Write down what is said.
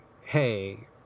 hey